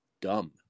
dumb